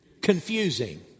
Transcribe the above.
Confusing